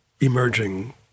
emerging